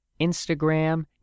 Instagram